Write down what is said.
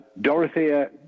Dorothea